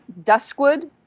Duskwood